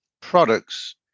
products